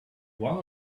one